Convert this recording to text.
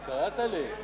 אבל קראת לי.